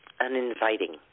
uninviting